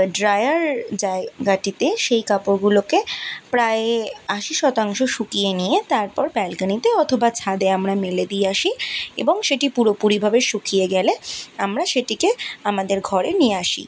dryer জায়গাটিতে সেই কাপড়গুলোকে প্রায় আশি শতাংশ শুকিয়ে নিয়ে তারপর ব্যালকানিতে অথবা ছাদে আমরা মেলে দিয়ে আসি এবং সেটি পুরোপুরিভাবে শুকিয়ে গেলে আমরা সেটিকে আমাদের ঘরে নিয়ে আসি